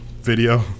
video